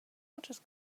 muchas